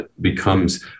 becomes